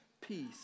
peace